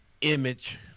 image